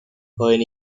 when